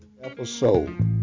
episode